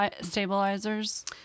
stabilizers